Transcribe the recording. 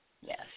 Yes